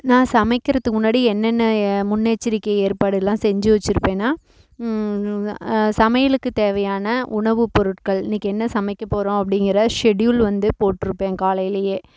நான் சமைக்கிறத்துக்கு முன்னாடி என்னென்ன முன்னெச்சரிக்கை ஏற்பாடு எல்லாம் செஞ்சு வெச்சுருப்பேன்னா சமையலுக்கு தேவையான உணவுப் பொருட்கள் இன்றைக்கி என்ன சமைக்க போகிறோம் அப்படிங்கிற ஷெடியூல் வந்து போட்டுருப்பேன் காலையிலேயே